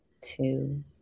two